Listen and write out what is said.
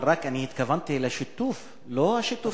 רק התכוונתי לשיתוף, לא השיתוף שיקבלו.